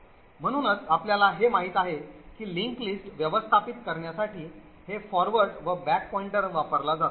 म्हणूनच आपल्याला हे माहित आहे की linked list व्यवस्थापित करण्यासाठी हे forward व back pointer वापरला जातो